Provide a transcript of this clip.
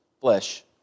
flesh